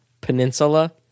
peninsula